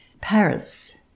Paris